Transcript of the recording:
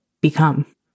become